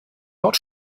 haut